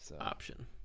Option